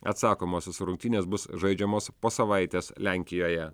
atsakomosios rungtynės bus žaidžiamos po savaitės lenkijoje